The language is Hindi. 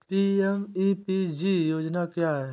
पी.एम.ई.पी.जी योजना क्या है?